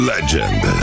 Legend